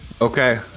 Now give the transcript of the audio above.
Okay